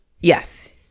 yes